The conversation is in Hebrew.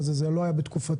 זה לא היה בתקופתי,